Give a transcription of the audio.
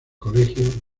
colegio